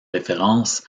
référence